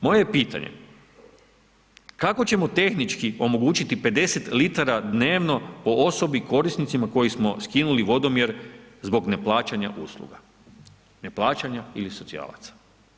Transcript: Moje je pitanje, kako ćemo tehnički omogućiti 50 litara dnevno po osobi korisnicima kojima smo skinuli vodomjer zbog neplaćanja usluga, neplaćanja ili socijalaca?